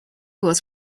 was